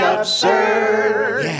Absurd